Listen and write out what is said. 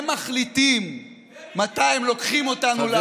הם מחליטים מתי הם לוקחים אותנו לעבודה.